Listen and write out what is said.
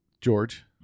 George